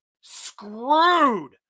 Screwed